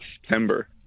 September